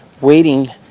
waiting